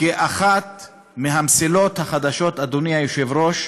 כאחת מהמסילות החדשות, אדוני היושב-ראש,